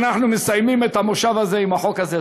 על שאנחנו מסיימים את המושב הזה עם החוק הזה.